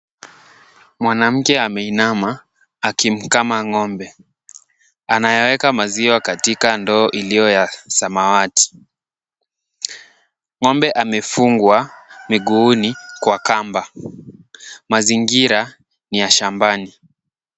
Mwanamke ameinama akimkama ng'ombe. Anayaweka maziwa katika ndoo iliyo ya samawati. Ng'ombe amefungwa miguuni kwa kamba. Mazingira ni ya shambani.